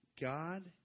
God